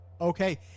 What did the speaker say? Okay